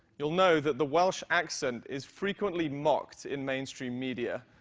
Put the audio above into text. you'll know that the welsh accent is frequently mocked in mainstream media.